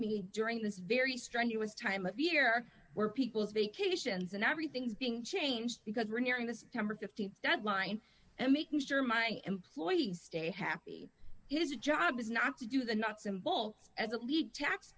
me during this very strenuous time of year where people's vacations and everything's being changed because we're nearing the number th deadline and making sure my employees stay happy his job is not to do the nuts and bolts as a lead tax